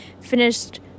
finished